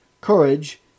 courage